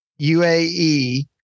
UAE